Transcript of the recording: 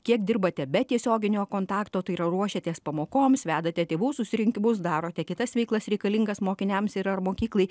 kiek dirbate be tiesioginio kontakto tai yra ruošiatės pamokoms vedate tėvų susirinkimus darote kitas veiklas reikalingas mokiniams ir ar mokyklai